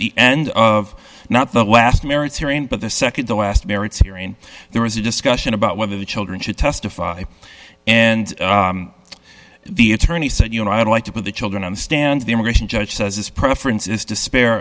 the end of not the last merits hearing but the nd to last merits hearing there was a discussion about whether the children should testify and the attorney said you know i'd like to put the children on the stand the immigration judge says his preference is despair